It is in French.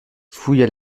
fouilla